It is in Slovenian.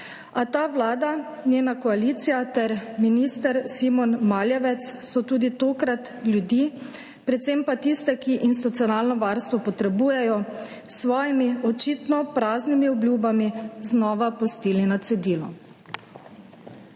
a ta vlada, njena koalicija ter minister Simon Maljevac so tudi tokrat ljudi, predvsem tiste, ki institucionalno varstvo potrebujejo, s svojimi očitno praznimi obljubami znova pustili na cedilu.